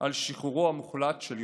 על שחרורו המוחלט של יונתן.